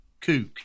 kook